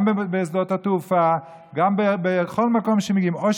גם בשדות התעופה ובכל מקום שמגיעים אליו,